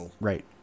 Right